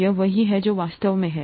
ये वही हैं जो वे वास्तव में हैं